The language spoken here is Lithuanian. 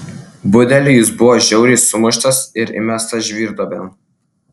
budelių jis buvo žiauriai sumuštas ir įmestas žvyrduobėn